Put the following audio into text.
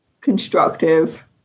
constructive